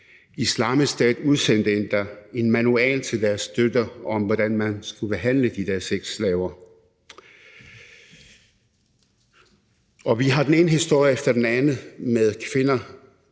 Islamisk Stat udsendte endda en manual til deres støtter om, hvordan man skulle behandle de der sexslaver. Vi har den ene historie efter den anden med kvinder,